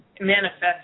manifest